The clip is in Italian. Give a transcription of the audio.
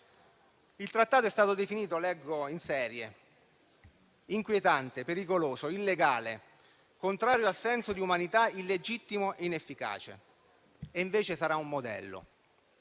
il trattato è stato definito inquietante, pericoloso, illegale, contrario al senso di umanità, illegittimo e inefficace. Invece sarà un modello,